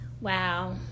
Wow